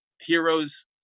heroes